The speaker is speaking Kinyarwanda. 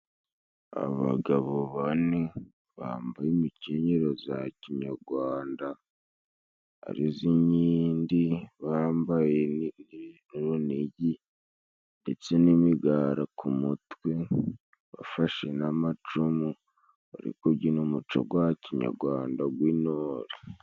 Abagabo bane bambaye imikenyero za kinyarwanda arizo inkindi, bambaye n'urunigi ndetse n'imigara ku mutwe, bafashe n'amacumu bari kubyina umuco gwa kinyarwanda gw'intore.